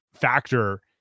factor